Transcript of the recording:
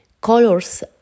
Colors